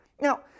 Now